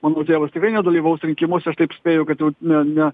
manau tėvas tikrai nedalyvaus rinkimuose aš taip spėju kad ne ne